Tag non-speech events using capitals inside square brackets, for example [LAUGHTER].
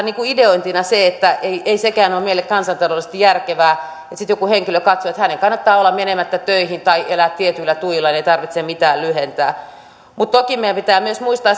[UNINTELLIGIBLE] niin kuin ideointina ei ei sekään ole meille kansantaloudellisesti järkevää että sitten joku henkilö katsoo että hänen kannattaa olla menemättä töihin tai elää tietyillä tuilla ei tarvitse mitään lyhentää mutta toki meidän pitää myös muistaa [UNINTELLIGIBLE]